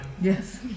Yes